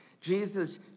Jesus